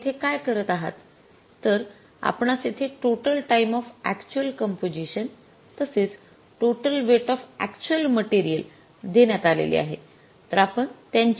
आपण येथे काय करत आहात तर आपणास येथे total time of actual composition तसेच total weight of actual material देण्यात आलेले आहे